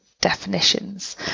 definitions